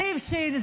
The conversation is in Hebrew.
זה הבשיל,